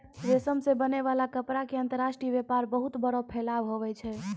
रेशम से बनै वाला कपड़ा के अंतर्राष्ट्रीय वेपार बहुत बड़ो फैलाव हुवै छै